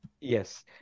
Yes